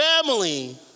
family